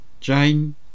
Jane